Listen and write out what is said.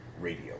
radio